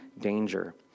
danger